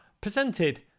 presented